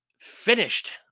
finished